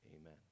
Amen